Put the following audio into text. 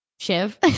Shiv